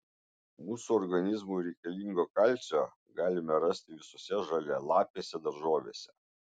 mūsų organizmui reikalingo kalcio galime rasti visose žalialapėse daržovėse